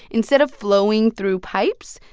instead of flowing through pipes,